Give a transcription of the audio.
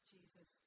Jesus